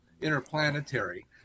interplanetary